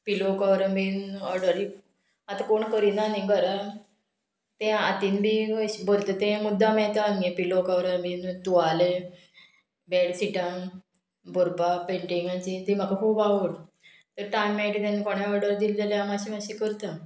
पिलो cover बीन ऑर्डरी आतां कोण करिना न्ही घरा तें हातीन बी अशें भरत तें मुद्दाम मेळटा हांगा पिलो कवरां बीन तुवालें बेडशीटां भरपाक पेंटिंगाची ती म्हाका खूब आवड तर टायम मेळटा तेन्ना कोणें ऑर्डर दिल्ली जाल्यार हांव मात्शें मात्शें करता